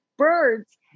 birds